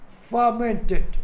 fermented